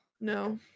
no